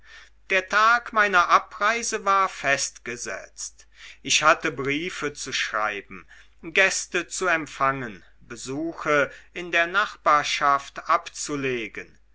der tag meiner abreise war festgesetzt ich hatte briefe zu schreiben gäste zu empfangen besuche in der nachbarschaft abzulegen